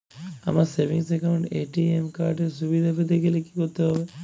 আমার savings account এ ATM card এর সুবিধা পেতে গেলে কি করতে হবে?